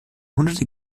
hunderte